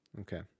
Okay